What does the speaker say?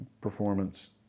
performance